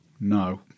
No